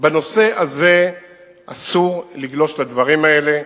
בנושא הזה אסור לגלוש לדברים האלה,